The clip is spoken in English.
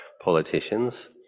politicians